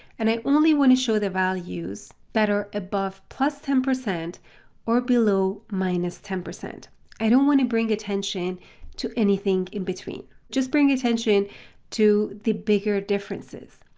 and i only want to show the values that are above plus ten percent or below minus ten. i don't want to bring attention to anything in between, just bring attention to the bigger differences.